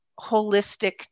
holistic